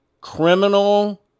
criminal